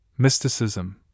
Mysticism